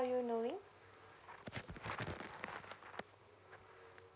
you knowing